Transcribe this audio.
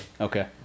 Okay